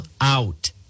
out